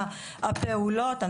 הפעולות,